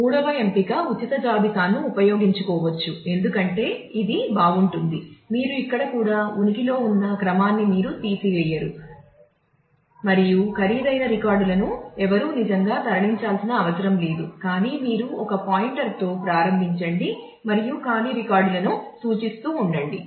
మూడవ ఎంపిక ఉచిత జాబితాను ఉపయోగించుకోవచ్చు ఎందుకంటే ఇది బాగుంటుంది మీరు ఇక్కడ కూడా ఉనికిలో ఉన్న క్రమాన్ని మీరు తీసివేయరు మరియు ఖరీదైన రికార్డులను ఎవరూ నిజంగా తరలించాల్సిన అవసరం లేదు కానీ మీరు ఒక పాయింటర్తో ప్రారంభించండి మరియు ఖాళీ రికార్డులను సూచిస్తూ ఉండండి